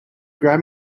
grab